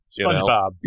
SpongeBob